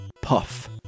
Puff